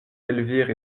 elvire